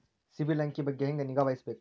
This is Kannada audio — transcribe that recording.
ಸಿಬಿಲ್ ಅಂಕಿ ಬಗ್ಗೆ ಹೆಂಗ್ ನಿಗಾವಹಿಸಬೇಕು?